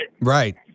Right